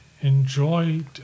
Enjoyed